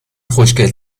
خوشگل